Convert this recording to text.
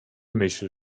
myśl